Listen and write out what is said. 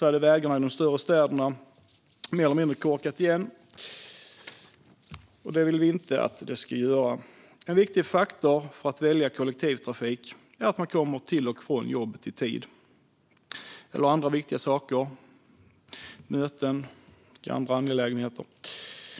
hade vägarna i de större städerna mer eller mindre korkat igen. Det vill vi inte. En viktig faktor för att välja kollektivtrafik är att man kommer till och från jobbet i tid. Det gäller också andra viktiga saker som möten och andra angelägenheter.